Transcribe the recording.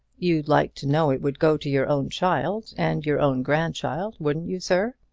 you'd like to know it would go to your own child and your own grandchild wouldn't you, sir?